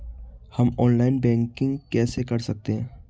हम online banking कैसे कर सकते हैं?